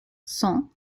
cent